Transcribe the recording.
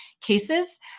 cases